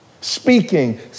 speaking